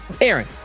Aaron